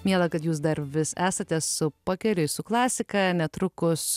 miela kad jūs dar vis esate su pakeliui su klasika netrukus